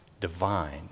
divine